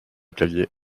clavier